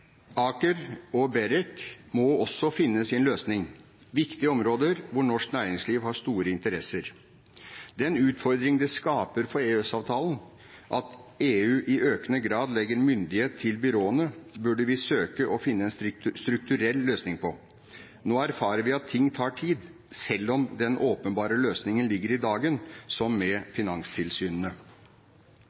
ACER og BEREC må også finne sin løsning. Det er viktige områder, hvor norsk næringsliv har store interesser. Den utfordring det skaper for EØS-avtalen at EU i økende grad legger myndighet til byråene, burde vi søke å finne en strukturell løsning på. Nå erfarer vi at ting tar tid, selv om den åpenbare løsningen ligger i dagen, som med finanstilsynene.